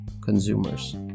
consumers